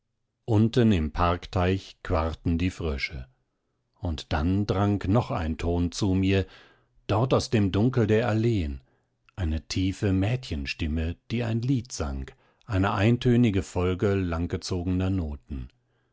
unten im parkteich quarrten die frösche und dann drang noch ein ton zu mir dort aus dem dunkel der alleen eine tiefe mädchenstimme die ein lied sang eine eintönige folge langgezogener noten